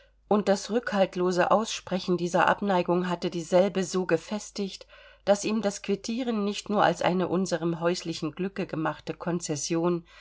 und das rückhaltlose aussprechen dieser abneigung hatte dieselbe so gefestigt daß ihm das quittieren nicht nur als eine unserem häuslichen glücke gemachte konzession